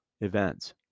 events